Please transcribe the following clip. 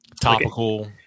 topical